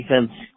defense